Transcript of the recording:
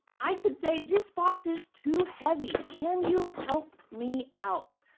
i could say this box is too heavy. can you help me out?